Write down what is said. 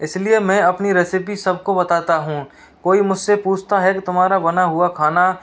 इसलिए मैं अपनी रेसिपी सबको बताता हूँ कोई मुझसे पूछता है कि तुम्हारा बना हुआ खाना